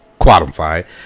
quantify